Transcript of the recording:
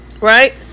Right